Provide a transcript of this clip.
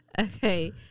Okay